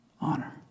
honor